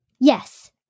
Yes